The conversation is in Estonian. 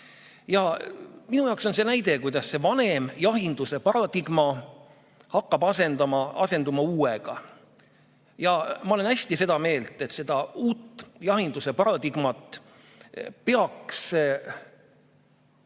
Minu jaoks on see näide, kuidas vanem jahinduse paradigma hakkab asenduma uuega. Ma olen hästi seda meelt, et seda uut jahinduse paradigmat peaks